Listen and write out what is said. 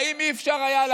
האם לא היה אפשר לעשות,